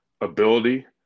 ability